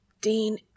Dean